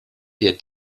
der